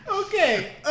Okay